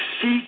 seek